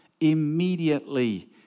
Immediately